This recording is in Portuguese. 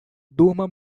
durma